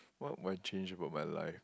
what will I change about my life